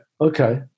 Okay